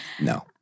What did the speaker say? No